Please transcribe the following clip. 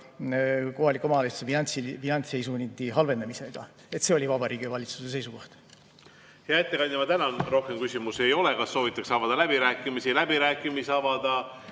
kohalike omavalitsuste finantsseisundi halvenemisega. See oli Vabariigi Valitsuse seisukoht. Hea ettekandja, ma tänan! Rohkem küsimusi ei ole. Kas soovitakse avada läbirääkimisi? Läbirääkimisi avada